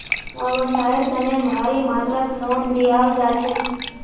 व्यवसाइर तने भारी मात्रात लोन दियाल जा छेक